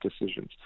decisions